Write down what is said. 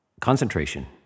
concentration